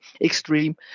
extreme